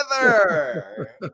together